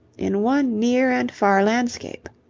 in one near and far landscape.